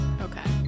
Okay